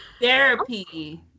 Therapy